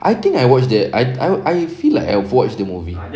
I think I watched that I I I feel like I've watched the movie